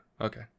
okay